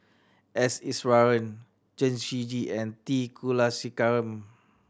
S Iswaran Chen Shiji and T Kulasekaram